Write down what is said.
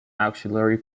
auxiliary